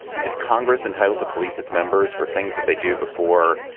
is congress entitled to police its members for things that they do before.